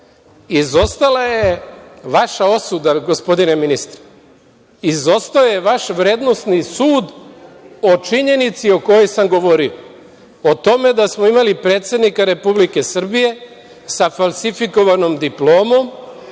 izostala je vaša osuda, gospodine ministre. Izostao je vaš vrednosni sud o činjenici o kojoj sam govorio, o tome da smo imali predsednika Republike Srbije sa falsifikovanom diplomom